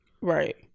Right